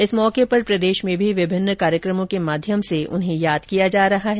इस मौके पर प्रदेश में भी विभिन्न कार्यक्रमों के माध्यम से उन्हें याद किया जा रहा है